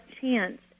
chance